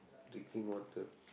drinking water